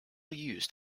used